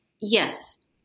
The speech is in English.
Yes